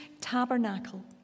tabernacle